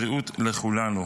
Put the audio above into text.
בריאות לכולנו.